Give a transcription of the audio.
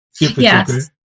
Yes